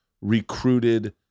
recruited